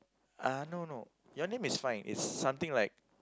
uh no no your name is fine is something like